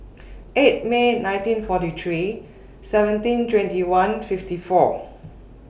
eight May nineteen forty three seventeen twenty one fifty four